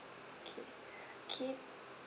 okay okay